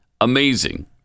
amazing